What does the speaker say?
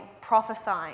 prophesying